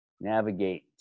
navigate